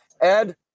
Ed